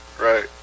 right